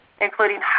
including